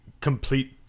complete